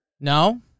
No